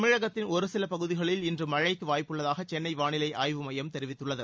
தமிழகத்தின் ஒரு சில பகுதிகளில் இன்று மழைக்கு வாய்ப்பு உள்ளதாக சென்னை வானிலை ஆய்வு மையம் தெரிவித்துள்ளது